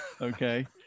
Okay